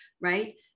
right